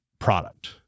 product